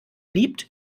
liebt